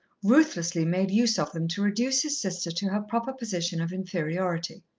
ruthlessly made use of them to reduce his sister to her proper position of inferiority.